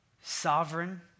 sovereign